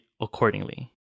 accordingly